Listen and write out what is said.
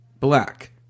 Black